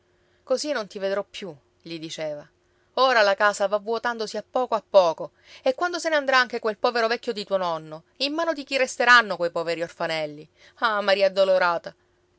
così non ti vedrò più gli diceva ora la casa va vuotandosi a poco a poco e quando se ne andrà anche quel povero vecchio di tuo nonno in mano di chi resteranno quei poveri orfanelli ah maria addolorata